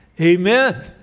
amen